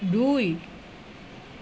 দুই